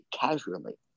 casually